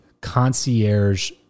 concierge